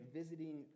visiting